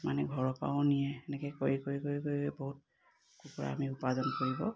মানে ঘৰৰ পৰাও নিয়ে এনেকে কৰি কৰি কৰি কৰি বহুত কুকুৰা আমি উপাৰ্জন কৰিব